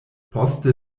poste